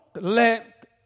let